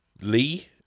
Lee